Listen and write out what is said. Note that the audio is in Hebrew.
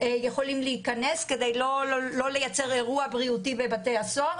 יכולים להיכנס כדי לא ליצור אירוע בריאותי בבתי הסוהר,